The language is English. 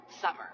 Summer